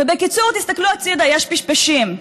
ובקיצור: תסתכלו הצידה, יש פשפשים.